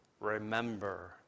Remember